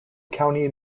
county